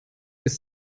ist